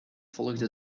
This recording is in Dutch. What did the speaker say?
volgde